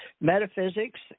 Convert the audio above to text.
metaphysics